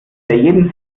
jeden